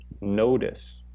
notice